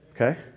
Okay